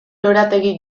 lorategi